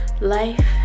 life